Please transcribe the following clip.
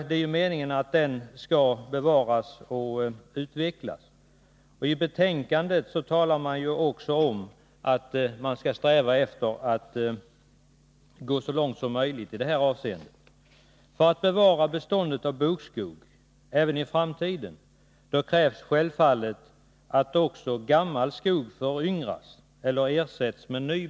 I betänkandet talas det också om att strävan bör vara att gå så långt som möjligt i detta avseende. För att bevara beståndet av bokskog i framtiden krävs självfallet att gammal skog föryngras eller ersätts med ny.